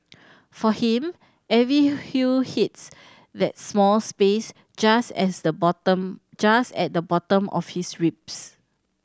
for him every hue hits that small space just as the bottom just at the bottom of his ribs